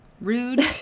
Rude